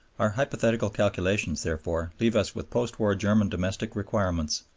our hypothetical calculations, therefore, leave us with post-war german domestic requirements,